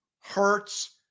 Hurts